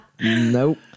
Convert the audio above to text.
Nope